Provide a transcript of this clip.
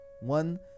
One